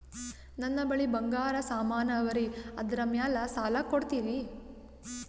ನನ್ನ ಬಳಿ ಬಂಗಾರ ಸಾಮಾನ ಅವರಿ ಅದರ ಮ್ಯಾಲ ಸಾಲ ಕೊಡ್ತೀರಿ?